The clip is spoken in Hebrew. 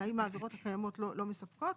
האם העבירות הקיימות לא מספקות?